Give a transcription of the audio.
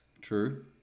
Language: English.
True